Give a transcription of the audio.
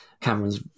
Cameron's